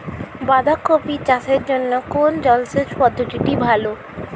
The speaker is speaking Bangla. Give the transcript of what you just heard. বাঁধাকপি চাষের জন্য কোন জলসেচ পদ্ধতিটি ভালো?